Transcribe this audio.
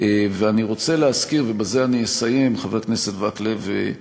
אני רוצה להזכיר, ובזה אסיים, חבר הכנסת מקלב.